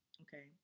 okay